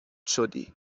شدی